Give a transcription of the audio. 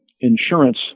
insurance